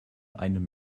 einem